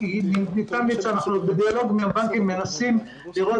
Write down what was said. אנחנו בדיאלוג עם הבנקים ומנסים לראות